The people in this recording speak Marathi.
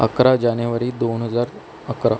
अकरा जानेवारी दोन हजार अकरा